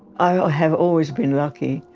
i have always been lucky.